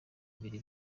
bibiri